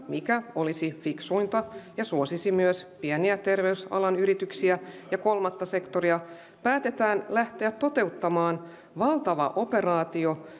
mikä olisi fiksuinta ja suosisi myös pieniä terveysalan yrityksiä ja kolmatta sektoria sijasta päätetään lähteä toteuttamaan valtava operaatio